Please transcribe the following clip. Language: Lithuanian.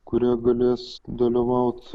kurie galės dalyvaut